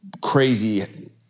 crazy